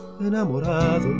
enamorado